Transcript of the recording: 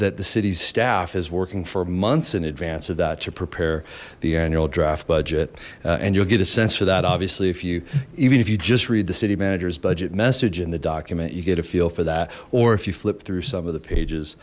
that the city's staff is working for months in advance of that to prepare the annual draft budget and you'll get a sense for that obviously if you even if you just read the city manager's budget message in the document you get a feel for that or if you flip through some of the pages